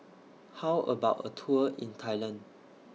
How about A Tour in Thailand